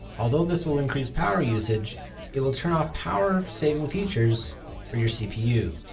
although this will increase power usage it will turn off power saving features for your cpu.